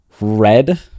Red